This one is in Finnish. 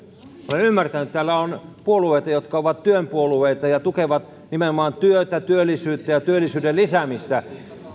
olen ymmärtänyt että täällä on puolueita jotka ovat työn puolueita ja tukevat nimenomaan työtä työllisyyttä ja työllisyyden lisäämistä